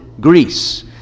Greece